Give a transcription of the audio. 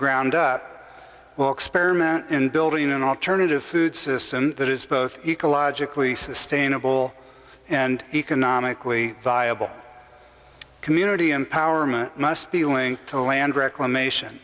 ground up well experiment in building an alternative food system that is both ecologically sustainable and economically viable community empowerment must be willing to land reclamation